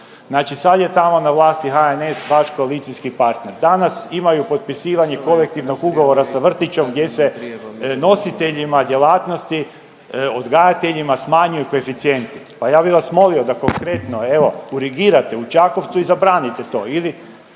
Znači sad je tamo na vlasti HNS, vaš koalicijski partner. Danas imaju potpisivanje kolektivnog ugovora sa vrtićom gdje se nositeljima djelatnosti odgajateljima smanjuju koeficijenti. Pa ja bih vas molio da konkretno evo urgirate u Čakovcu i zabranite to. Ili